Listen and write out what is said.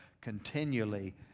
continually